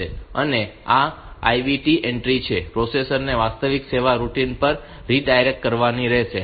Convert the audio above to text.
અને આ IVT entry છે તે પ્રોસેસર ને વાસ્તવિક સેવા રૂટિન પર રીડાયરેક્ટ કરવાની રહેશે